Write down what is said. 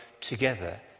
together